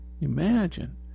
Imagine